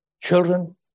children